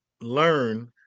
learn